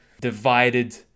divided